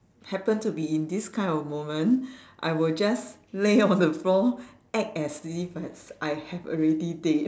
happen to be in this kind of moment I would just lay on the floor act as if I had I have already dead